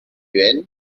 ven